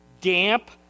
damp